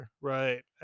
Right